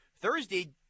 Thursday